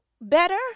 better